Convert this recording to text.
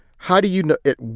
how do you know it,